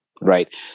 Right